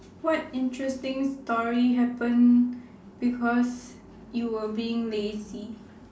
what interesting story happen because you were being lazy